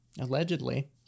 Allegedly